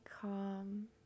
calm